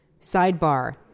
Sidebar